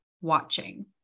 watching